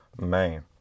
man